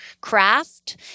craft